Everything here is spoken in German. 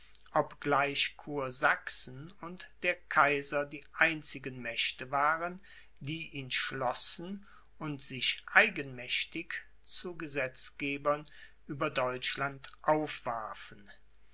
obgleich kursachsen und der kaiser die einzigen mächte waren die ihn schlossen und sich eigenmächtig zu gesetzgebern über deutschland aufwarfen